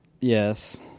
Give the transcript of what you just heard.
yes